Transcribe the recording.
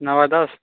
नओ बाय दस